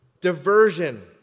diversion